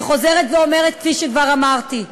אני חוזרת ואומרת, כפי שכבר אמרתי: